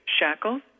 Shackles